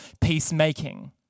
peacemaking